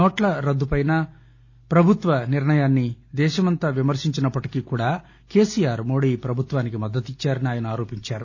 note రద్దు పైన ప్రభుత్వ నిర్ణయాన్ని దేశమంతా విమర్శించినా కూడా కేసీఆర్ మోదీ ప్రభుత్వానికి మద్దతిచ్చారని ఆయన ఆరోపించారు